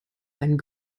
ein